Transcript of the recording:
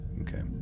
okay